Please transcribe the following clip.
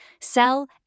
sell